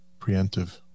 Preemptive